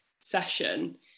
session